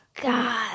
God